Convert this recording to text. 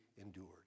endured